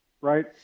right